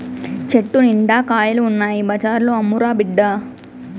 చెట్టు నిండా కాయలు ఉన్నాయి బజార్లో అమ్మురా బిడ్డా